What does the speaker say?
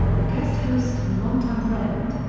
the guest host and long-time friend.